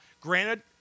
granted